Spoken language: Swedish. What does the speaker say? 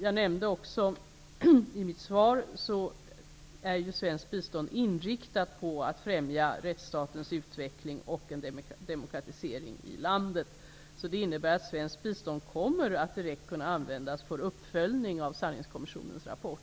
Jag nämnde också i mitt svar att svenskt bistånd är inriktat på att främja rättsstatens utveckling och en demokratisering i landet. Det innebär att svenskt bistånd kommer att direkt kunna användas för uppföljning av sanningskommissionens rapport.